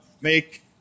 make